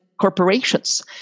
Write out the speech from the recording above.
corporations